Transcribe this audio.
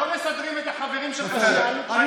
מסדרים את החברים שלך שיעלו כשהם נמצאים פה.